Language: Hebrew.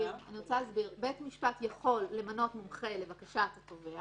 בית המשפט יכול למנות מומחה לבקשת התובע.